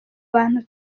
bantu